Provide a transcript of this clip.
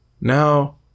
Now